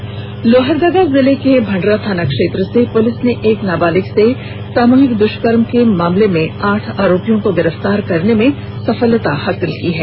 अब संक्षिप्त खबरें लोहरदगा जिले के भंडरा थाना क्षेत्र से पुलिस ने एक नाबालिग से सामूहिक दुष्कर्म के एक मामले में आठ आरोपियों को गिरफ्तार करने में सफलता हासिल की है